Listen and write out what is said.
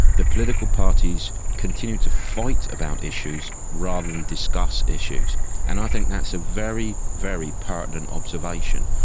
the political parties continue to fight about issues rather than discuss issues and i think that's a very, very pertinent observation,